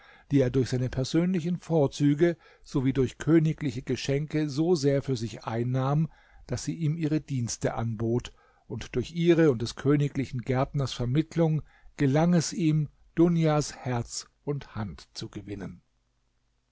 die er durch seine persönlichen vorzüge sowie durch königliche geschenke so sehr für sich einnahm daß sie ihm ihre dienste anbot und durch ihre und des königlichen gärtners vermittlung gelang es ihm dunias herz und hand zu gewinnen